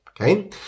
Okay